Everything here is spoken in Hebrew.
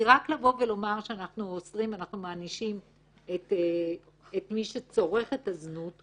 כי רק לבוא ולומר שאנחנו אוסרים ואנחנו מענישים את מי שצורך את הזנות,